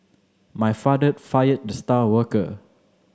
my father fired the star worker